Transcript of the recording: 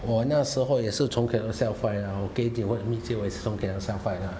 我那时候也是从 Carousell find lah 我可以讲你问我也是从 Carousell find ah